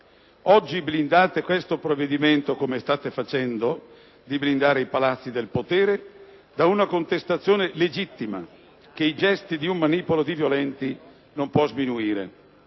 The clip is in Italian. state blindando questo provvedimento, come state cercando di blindare i palazzi del potere da una contestazione legittima, che i gesti di un manipolo di violenti non puosminuire.